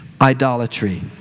idolatry